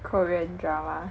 Korean dramas